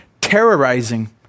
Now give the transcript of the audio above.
terrorizing